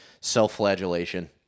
self-flagellation